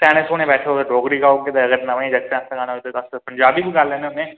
सेआने सूने बैठे दे होगे तां डोगरी गाई ओड़गे ते जिसलै नमें जागतें आस्तै गाना होग तां पंजाबी बी गाई लैन्ने होन्ने